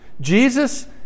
Jesus